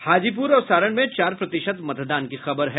हाजीपुर और सारण में चार प्रतिशत मतदान की खबर है